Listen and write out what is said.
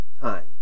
time